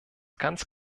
ganz